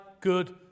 good